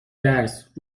درس